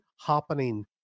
happening